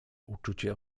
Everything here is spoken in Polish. uczucie